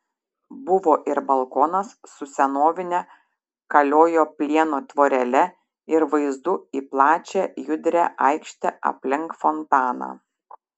buvo ir balkonas su senovine kaliojo plieno tvorele ir vaizdu į plačią judrią aikštę aplink fontaną